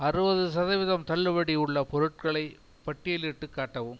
அறுபது சதவீதம் தள்ளுபடி உள்ள பொருட்களை பட்டியலிட்டுக் காட்டவும்